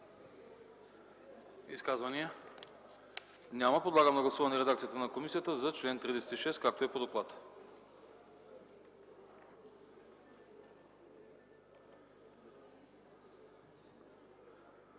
Изказвания? Няма. Подлагам на гласуване редакцията на комисията за чл. 39, както е по доклада.